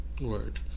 Word